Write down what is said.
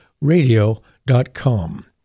radio.com